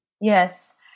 Yes